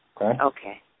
Okay